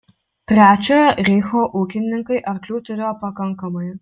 trečiojo reicho ūkininkai arklių turėjo pakankamai